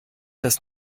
das